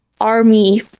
army